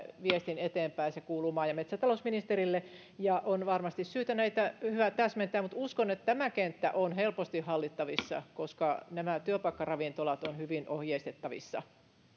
viestin eteenpäin se kuuluu maa ja metsätalousministerille on varmasti syytä näitä yhä täsmentää mutta uskon että tämä kenttä on helposti hallittavissa koska nämä työpaikkaravintolat ovat hyvin ohjeistettavissa